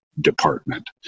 Department